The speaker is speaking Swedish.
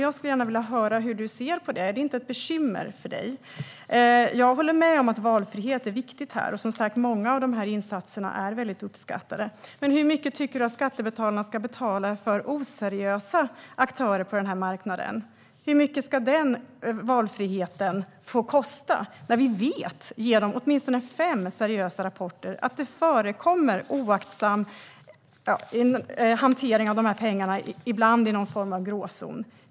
Jag skulle gärna vilja höra hur du ser på det. Är det inte ett bekymmer för dig? Jag håller med om att valfrihet är viktigt här. Och, som sagt, många av insatserna är väldigt uppskattade. Men hur mycket tycker du att skattebetalarna ska betala för oseriösa aktörer på den här marknaden? Hur mycket ska den valfriheten få kosta? Vi vet genom åtminstone fem seriösa rapporter att det förekommer oaktsam hantering av pengarna. Ibland är det i någon form av gråzon.